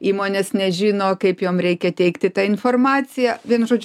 įmonės nežino kaip jom reikia teikti tą informaciją vienu žodžiu